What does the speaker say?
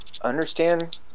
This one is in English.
understand